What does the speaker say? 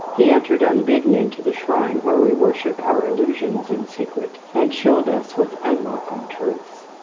he entered unbidden into the shrine where we worship our illusions in secret, and chilled us with unwelcome truths.